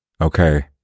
Okay